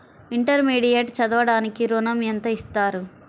Intermediate చదవడానికి ఋణం ఎంత ఇస్తారు?